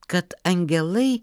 kad angelai